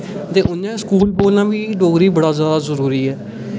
ते उ'आं स्कूल बोलना बी डोगरी बड़ा ज्यादा जरूरी ऐ